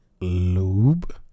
Lube